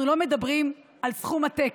אנחנו לא מדברים על סכום עתק.